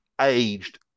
aged